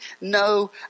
no